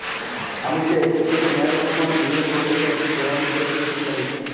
আমি যদি একটু ছোট মেয়াদসম্পন্ন বিনিয়োগ করতে চাই বন্ড হিসেবে কী কী লাগবে?